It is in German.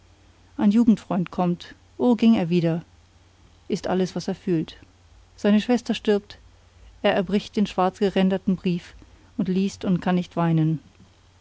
ein jugendfreund kommt o ging er wieder ist alles was er fühlt seine schwester stirbt er erbricht den schwarzgeränderten brief und liest und kann nicht weinen